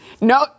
No